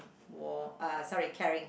war~ uh sorry caring